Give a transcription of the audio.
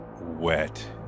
wet